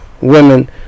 women